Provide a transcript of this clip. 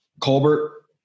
Colbert